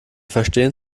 verstehen